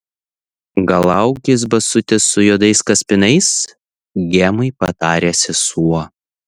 gal aukis basutes su juodais kaspinais gemai patarė sesuo